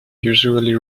usually